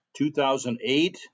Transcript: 2008